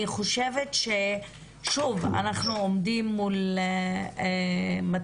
אני חושבת ששוב אנחנו עומדים מול מצב